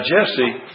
Jesse